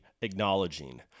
acknowledging